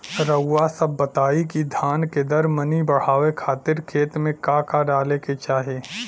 रउआ सभ बताई कि धान के दर मनी बड़ावे खातिर खेत में का का डाले के चाही?